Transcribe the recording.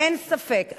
אין ספק,